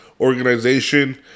organization